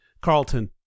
Carlton